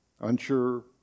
unsure